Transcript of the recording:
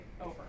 over